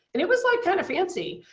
and it was like kind of fancy,